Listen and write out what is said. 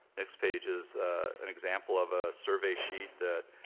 next page is an example of a survey sheet that